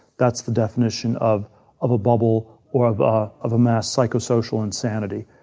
that's the definition of of a bubble or of ah of a mass psychosocial insanity.